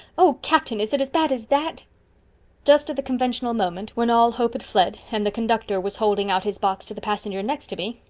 oh, captain, is it as bad as that just at the conventional moment, when all hope had fled, and the conductor was holding out his box to the passenger next to me,